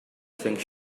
think